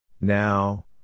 Now